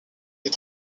est